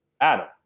Adam